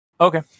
Okay